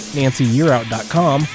nancyyearout.com